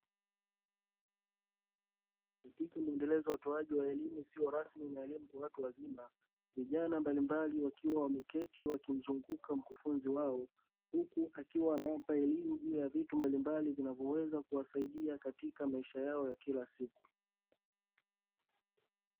Katika muendelezo wa utoaji wa elimu isiyo rasmi na elimu ya watu wazima, vijana mbalimbali wakiwa wameketi wakimzunguka mkufunzi wao, huku akiwa anawapa elimu juu ya vitu mbalimbali vinavyoweza kuwadia katika maisha yao ya kila siku.